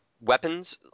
Weapons